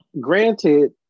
Granted